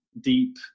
deep